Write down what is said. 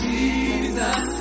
Jesus